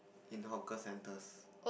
in hawker centres